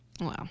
Wow